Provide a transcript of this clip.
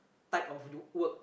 type of work